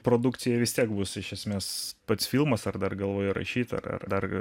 produkcija vis tiek bus iš esmės pats filmas ar dar galvoji rašyt ar ar dar